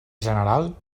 general